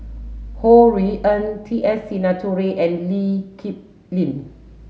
Ho Rui An T S Sinnathuray and Lee Kip Lin